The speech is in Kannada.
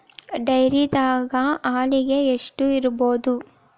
ಡೈರಿದಾಗ ಹಾಲಿಗೆ ಎಷ್ಟು ಇರ್ಬೋದ್?